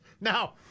Now